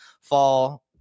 fall